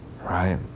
Right